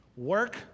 work